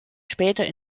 später